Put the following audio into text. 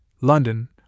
London